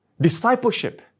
discipleship